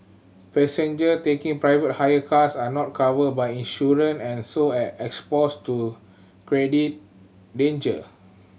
passenger taking private hire cars are not covered by insurance and so exposed to danger